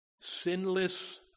Sinless